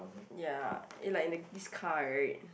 ya and like in the this car right